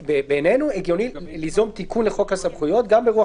בעינינו היה הגיוני ליזום תיקון לחוק הסמכויות גם ברוח